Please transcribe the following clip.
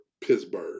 Pittsburgh